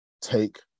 take